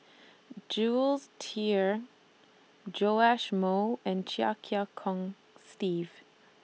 Jules Itier Joash Moo and Chia Kiah Hong Steve